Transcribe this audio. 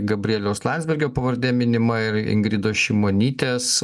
gabrieliaus landsbergio pavardė minima ir ingridos šimonytės